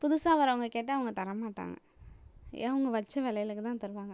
புதுசாக வரவங்க கேட்டால் அவங்க தரமாட்டாங்கள் அவங்க வச்ச விலைக்கு தான் தருவாங்கள்